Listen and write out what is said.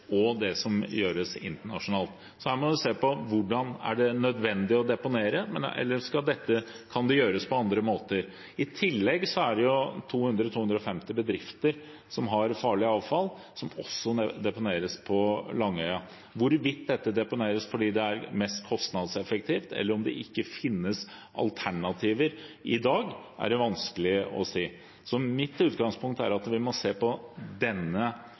og internasjonalt. Så her må man se på hvordan det er nødvendig å deponere, eller om det kan gjøres på andre måter. I tillegg har 200–250 bedrifter farlig avfall som også deponeres på Langøya. Hvorvidt dette deponeres fordi det er mest kostnadseffektivt, eller om det ikke finnes alternativer i dag, er det vanskelig å si. Mitt utgangspunkt er at vi må se på